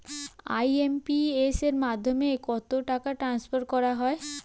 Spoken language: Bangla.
আই.এম.পি.এস এর মাধ্যমে কত টাকা ট্রান্সফার করা যায়?